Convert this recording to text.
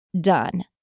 done